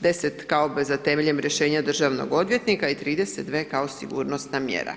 10 kao obveza temeljem rješenja državnog odvjetnika i 32 kao sigurnosna mjera.